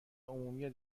عمومی